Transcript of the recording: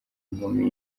inkumi